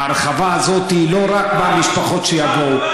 ההרחבה הזאת היא לא רק מהמשפחות שיבואו,